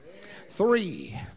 Three